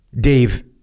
Dave